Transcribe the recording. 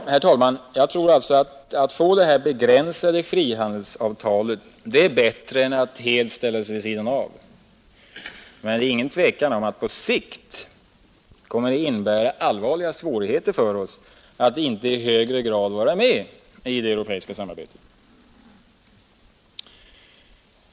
Herr talman! Jag tror alltså att det begränsade frihandelsavtalet är bättre än att helt ställa sig vid sidan av, men det råder inget tvivel om att det på sikt kommer att innebära allvarliga svårigheter för oss att inte i högre grad vara med i det europeiska samarbetet.